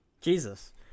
Jesus